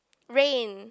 rain